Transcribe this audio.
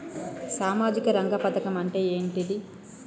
సామాజిక రంగ పథకం అంటే ఏంటిది?